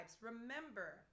remember